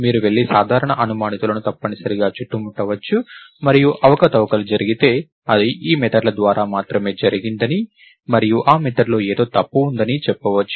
మీరు వెళ్లి సాధారణ అనుమానితులను తప్పనిసరిగా చుట్టుముట్టవచ్చు మరియు అవకతవకలు జరిగితే అది ఈ మెథడ్ల ద్వారా మాత్రమే జరిగిందని మరియు ఈ మెథడ్లో ఏదో తప్పు ఉందని చెప్పవచ్చు